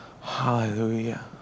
Hallelujah